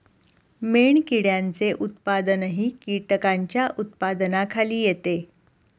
मेणकिड्यांचे उत्पादनही कीटकांच्या उत्पादनाखाली येते